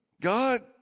God